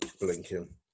blinking